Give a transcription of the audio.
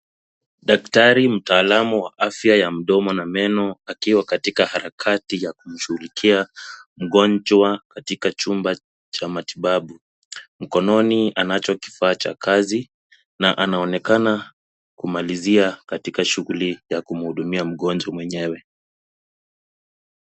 Daktari mtaalamu wa afya ya mdomo na meno akiwa katika harakati ya kumshughulikia mgonjwa katika chumba cha matibabu. Mkononi anachokifaa cha kazi na anaonekana kumalizia katika shughuli ya kumhudumia mgonjwa mwenyewe.